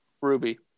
Ruby